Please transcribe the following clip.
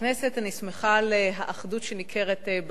אני שמחה על האחדות שניכרת בסיעה.